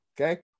Okay